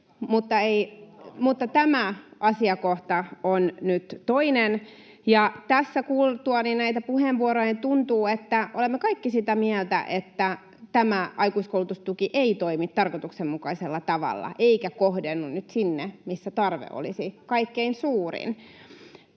mutta tämä asiakohta on nyt toinen. Tässä kuultuani näitä puheenvuoroja tuntuu, että olemme kaikki sitä mieltä, että tämä aikuiskoulutustuki ei toimi tarkoituksenmukaisella tavalla eikä kohdennu nyt sinne, missä tarve olisi kaikkein suurin.